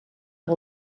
que